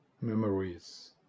memories